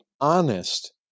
honest